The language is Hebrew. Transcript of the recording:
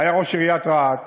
והיה שם ראש עיריית רהט.